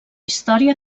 història